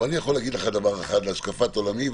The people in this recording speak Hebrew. להשקפת עולמי,